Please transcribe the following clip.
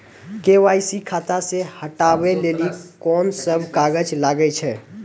KYC खाता से हटाबै लेली कोंन सब कागज लगे छै?